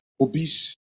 obese